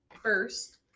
first